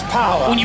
power